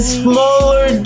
smaller